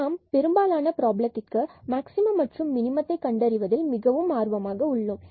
நாம் பெரும்பாலான பிராபிலத்திற்கு மேக்ஸிமம் மற்றும் மினிமத்தை கண்டறிவதில் மிகவும் ஆர்வமாக உள்ளோம்